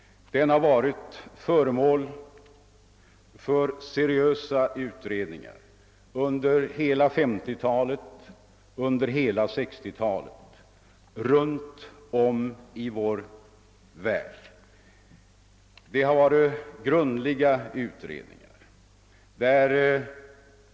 Den har varit föremål för seriösa och grundliga utredningar runt om i världen under hela 1950-talet och hela 1960-talet.